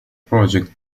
project